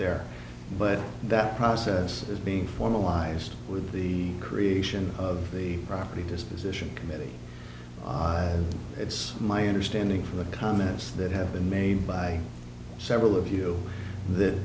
there but that process is being formalized with the creation of the property disposition committee it's my understanding from the comments that have been made by several of you that